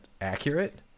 accurate